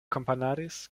komponadis